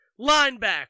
linebacker